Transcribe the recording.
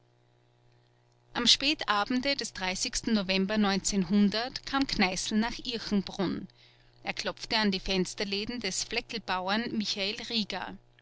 am spätabende des november kam kneißl nach irchenbrunn er klopfte an die fensterläden des fleckelbauern michael rieger